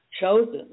chosen